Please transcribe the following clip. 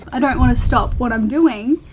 i don't want to stop what i'm doing.